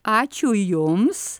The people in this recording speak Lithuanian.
ačiū jums